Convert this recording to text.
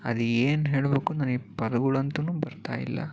ಅದು ಏನು ಹೇಳ್ಬೇಕು ನನಗೆ ಪದಗಳಂತಲೂ ಬರ್ತಾಯಿಲ್ಲ